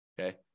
okay